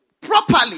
properly